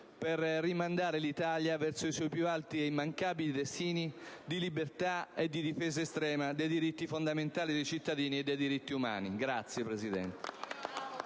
e rimanda l'Italia ai suoi più alti e immancabili destini di libertà e di difesa estrema dei diritti fondamentali dei cittadini e dei diritti umani. *(Applausi